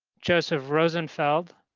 joseph rosenfeld,